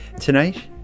Tonight